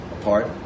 apart